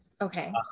Okay